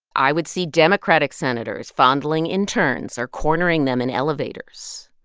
i would see democratic senators fondling interns or cornering them in elevators.